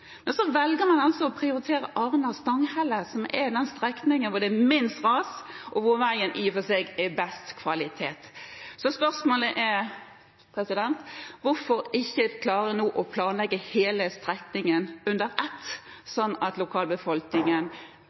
Så velger man altså å prioritere Arna–Stanghelle, som er den strekningen hvor det er færrest ras, og hvor veien – i og for seg – har best kvalitet. Spørsmålet er: Hvorfor klarer man ikke å planlegge hele strekningen under ett, slik at lokalbefolkningen